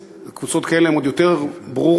קבוצות כאלה הן עוד יותר ברורות,